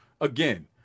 Again